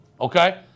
okay